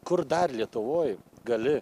kur dar lietuvoj gali